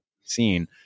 seen